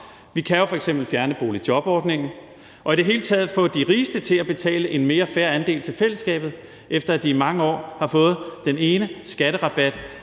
Vi kan jo f.eks. fjerne boligjobordningen og i det hele taget få de rigeste til at betale en mere fair andel til fællesskabet, efter at de i mange år har fået den ene skatterabat